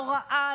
לא ראה,